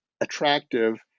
attractive